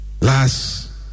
Last